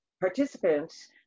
participants